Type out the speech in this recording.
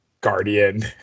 Guardian